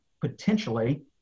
potentially